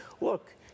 look